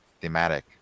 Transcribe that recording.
thematic